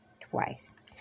twice